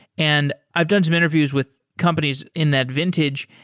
and i've done some interviews with companies in that vintage,